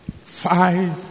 five